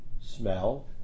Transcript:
Smell